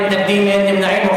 אין מתנגדים, אין נמנעים.